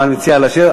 אבל אני מציע להשאיר.